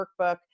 workbook